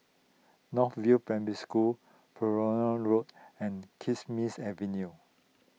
North View Primary School Balmoral Road and Kismis Avenue